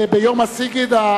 ביום הסיגד,